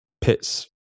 pits